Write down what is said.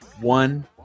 one